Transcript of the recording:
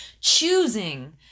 choosing